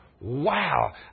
wow